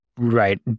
Right